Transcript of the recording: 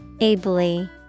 Ably